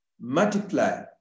multiply